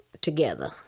together